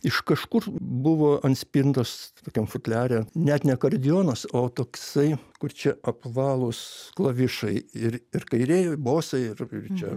iš kažkur buvo ant spintos tokiam futliare net ne akordeonas o toksai kur čia apvalūs klavišai ir ir kairėj bosai ir čia